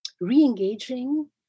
re-engaging